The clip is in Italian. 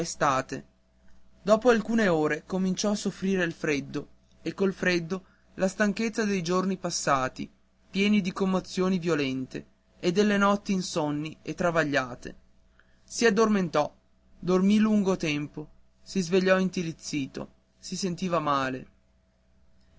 estate dopo alcune ore incominciò a soffrire il freddo e col freddo la stanchezza dei giorni passati pieni di commozioni violente e delle notti insonni e travagliate si addormentò dormì lungo tempo si svegliò intirizzito si sentiva male